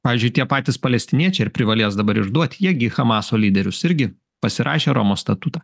pavyzdžiui tie patys palestiniečiai ar privalės dabar išduoti jie gi chamaso lyderius irgi pasirašę romos statutą